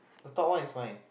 the top one is mine